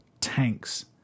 tanks